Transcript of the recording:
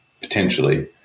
potentially